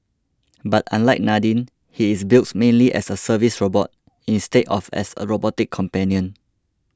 but unlike Nadine he is built mainly as a service robot instead of as a robotic companion